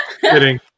kidding